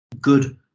good